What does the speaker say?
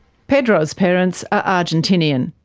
pedro's parents are argentinian.